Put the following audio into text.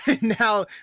Now